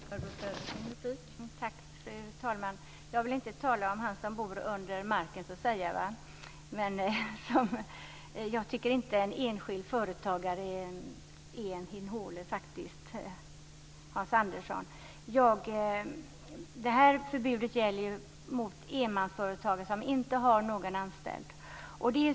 Fru talman! Jag vill inte tala om honom som bor under marken så att säga. Men jag tycker faktiskt inte att en enskild företagare är en hin håle, Hans Andersson. Förbudet gäller ju de enmansföretag som inte har någon anställd.